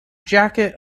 jacket